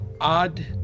odd